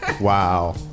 Wow